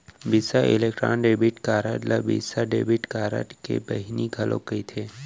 बिसा electron debit card ल Visa debit card के बहिनी घलौक कथें